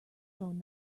phone